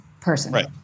person